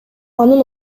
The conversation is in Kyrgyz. анын